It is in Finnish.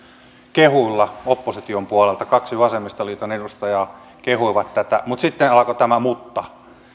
kehulla opposition puolelta kaksi vasemmistoliiton edustajaa kehui tätä mutta sitten alkoi tämä mutta